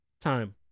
time